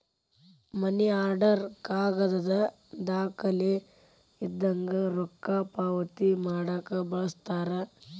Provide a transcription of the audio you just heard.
ಮನಿ order ಕಾಗದದ್ ದಾಖಲೆ ಇದ್ದಂಗ ರೊಕ್ಕಾ ಪಾವತಿ ಮಾಡಾಕ ಬಳಸ್ತಾರ